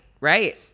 right